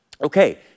Okay